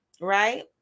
right